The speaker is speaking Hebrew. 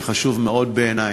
שחשוב מאוד בעיני,